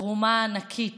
לתרומה הענקית